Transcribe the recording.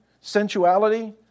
sensuality